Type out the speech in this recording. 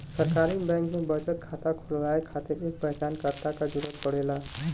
सरकारी बैंक में बचत खाता खुलवाये खातिर एक पहचानकर्ता क जरुरत पड़ला